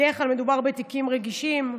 בדרך כלל מדובר בתיקים רגישים,